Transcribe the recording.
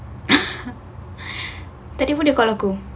tadi dia pun buat aku